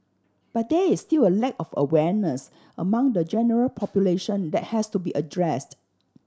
but there is still a lack of awareness among the general population that has to be addressed